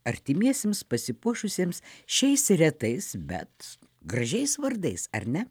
artimiesiems pasipuošusiems šiais retais bet gražiais vardais ar ne